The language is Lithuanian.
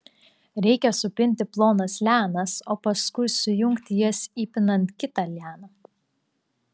reikia supinti plonas lianas o paskui sujungti jas įpinant kitą lianą